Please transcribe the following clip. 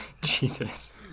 Jesus